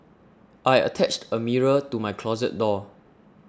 I attached a mirror to my closet door